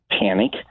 panic